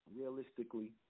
realistically